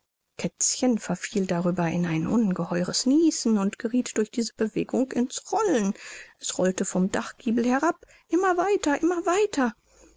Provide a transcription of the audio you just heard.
kätzchen verfiel darüber in ein ungeheures nießen und gerieth durch diese bewegung in's rollen es rollte vom dachgiebel herab immer weiter immer weiter